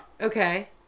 Okay